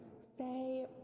say